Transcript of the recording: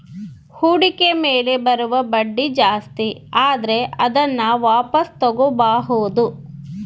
ಹೂಡಿಕೆ ಮೇಲೆ ಬರುವ ಬಡ್ಡಿ ಜಾಸ್ತಿ ಇದ್ರೆ ಅದನ್ನ ವಾಪಾಸ್ ತೊಗೋಬಾಹುದು